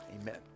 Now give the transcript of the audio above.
Amen